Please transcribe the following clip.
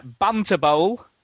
Banterbowl